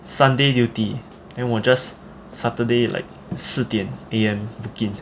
sunday duty then 我 just saturday like 四点 A_M begin